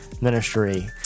ministry